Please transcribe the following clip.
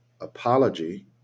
apology